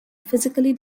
physically